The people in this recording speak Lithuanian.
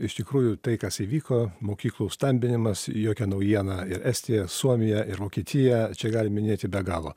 iš tikrųjų tai kas įvyko mokyklų stambinimas jokia naujiena ir estija suomija ir vokietija čia galim minėti be galo